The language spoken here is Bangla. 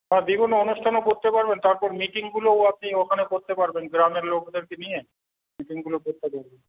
আর যেকোনও অনুষ্ঠানও করতে পারবেন তারপর মিটিংগুলোও আপনি ওখানে করতে পারবেন গ্রামের লোকদেরকে নিয়ে মিটিংগুলো করতে পারবেন